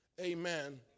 amen